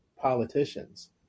politicians